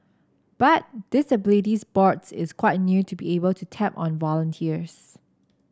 but disability sports is quite new to be able to tap on volunteers